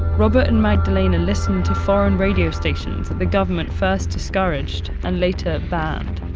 robert and magdalena listened to foreign radio stations that the government first discouraged and later banned.